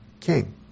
king